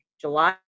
July